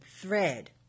thread